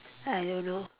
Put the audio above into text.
I don't know